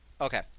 Okay